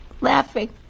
laughing